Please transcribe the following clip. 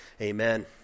amen